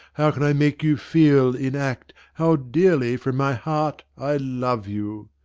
how can i make you feel, in act, how dearly from my heart i love you!